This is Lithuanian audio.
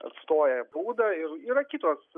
atstoja būdą ir yra kitos